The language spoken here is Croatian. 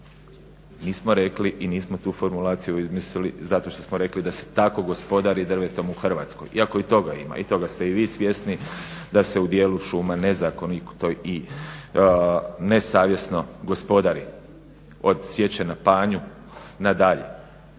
nismo rekli i nismo tu formulaciju izmislili zato što smo rekli da se tako gospodari drvetom u Hrvatskoj. Iako i toga ima. I toga ste i vi svjesni, da se u dijelu šuma nezakonito i nesavjesno gospodari. Od sječe na panju nadalje.